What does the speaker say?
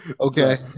Okay